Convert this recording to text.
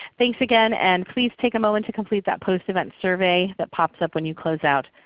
thanks again, and please take a moment to complete that post-event survey that pops up when you close out.